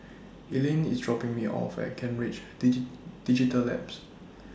Elayne IS dropping Me off At Kent Ridge Digital Labs